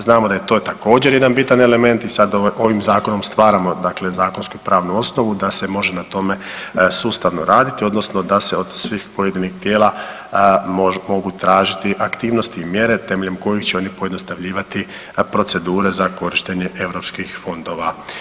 Znamo da je to također jedan bitan element i sada ovim Zakonom stvaramo dakle zakonsku pravnu osnovu da se može na tome sustavno raditi odnosno da se od svih pojedinih tijela mogu tražiti aktivnosti i mjere temeljem kojih će oni pojednostavljivati procedure za korištenje europskih fondova.